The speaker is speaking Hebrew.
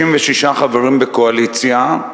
66 חברים בקואליציה,